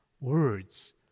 words